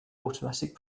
automatic